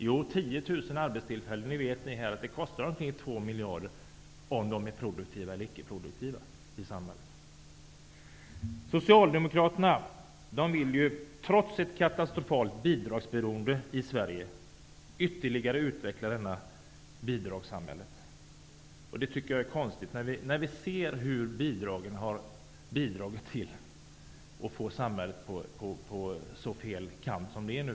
Ni här i kammaren vet att 10 000 arbetstillfällen kostar omkring 2 miljarder för samhället oavsett om människorna är produktiva eller icke produktiva. Socialdemokraterna vill, trots ett katastrofalt bidragsberoende i Sverige, ytterligare utveckla bidragssamhället. Det tycker jag är konstigt när vi ser hur bidragen har bidragit till att få samhället på fel kant.